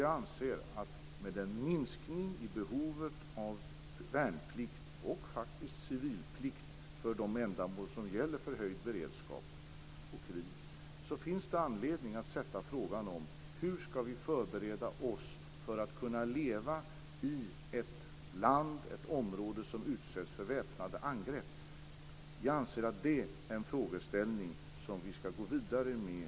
Mot bakgrund av det minskade behovet av värnplikt och faktiskt också civilplikt - det gäller höjd beredskap och krig - finns det anledning att ställa frågan hur vi skall förbereda oss för att kunna leva i ett land eller ett område som utsätts för väpnade angrepp. Vi anser att det är en frågeställning som vi skall gå vidare med.